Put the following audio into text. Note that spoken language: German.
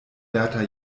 berta